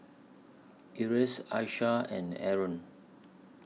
Elyas Aishah and Aaron